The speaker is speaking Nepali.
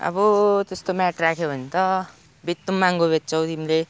अब त्यस्तो म्याट राख्यो भन् त बेच्नु पनि महँगो बेच्छौ तिमीले